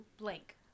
blank